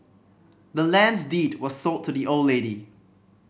the land's deed was sold to the old lady